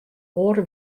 oare